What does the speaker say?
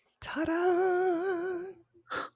Ta-da